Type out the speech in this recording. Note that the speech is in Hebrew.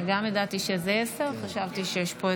חברי הכנסת,